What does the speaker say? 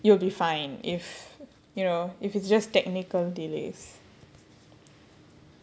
you will be fine if you know if it's just technical delays